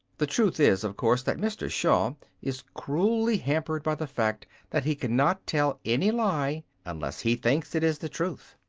the truth is, of course, that mr. shaw is cruelly hampered by the fact that he cannot tell any lie unless he thinks it is the truth.